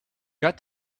got